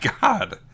god